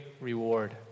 reward